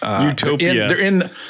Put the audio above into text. Utopia